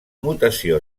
mutació